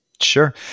Sure